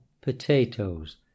potatoes